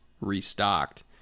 restocked